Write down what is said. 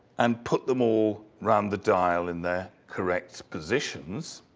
and put them all round the dial in their correct positions.